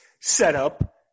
setup